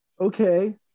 okay